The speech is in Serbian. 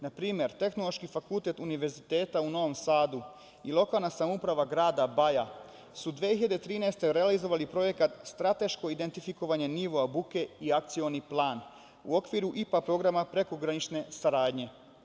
Na primer Tehnološki fakultet Univerziteta u Novom Sadu i lokalna samouprava grada Baja su 2013. godine realizovali projekata „Strateško identifikovanje nivoa buke“ i „Akcioni plan“, u okviru IPA programa prekogranične saradnje.